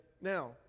now